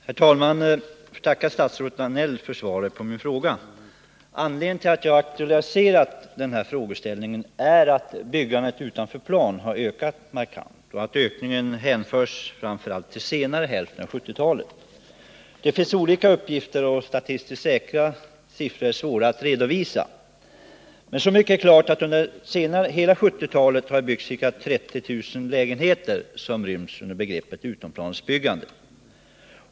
Herr talman! Först får jag tacka statsrådet Danell för svaret på min fråga. Anledningen till att jag aktualiserat frågeställningen är att byggandet utanför plan har ökat markant under senare hälften av 1970-talet. Det finns olika uppgifter, och de statistiskt säkra siffrorna är inte så många. Så mycket är dock klart att det under 1970-talet i dess helhet byggts ca 30 000 lägenheter som inryms under begreppet utomplansbyggande.